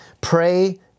pray